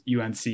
UNC